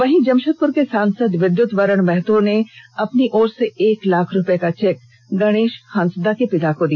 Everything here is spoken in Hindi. वहीं जमशेदपुर के सांसद विद्यत वरण महतो ने अपनी ओर से एक लाख रूपये का चेक गणेश हांसदा के पिता को दिया